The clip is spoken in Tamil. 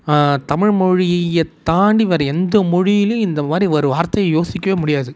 தமிழ்மொழியைத் தாண்டி வேறு எந்த மொழியிலேயும் இந்தமாதிரி ஒரு வார்த்தையை யோசிக்கவே முடியாது